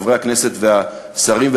חברי הכנסת והשרים,